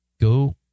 go